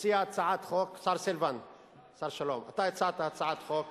השר שלום, אתה הצעת הצעת חוק